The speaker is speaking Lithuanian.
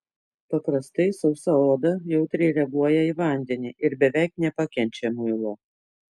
paprastai sausa oda jautriai reaguoja į vandenį ir beveik nepakenčia muilo